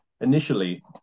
initially